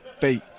fate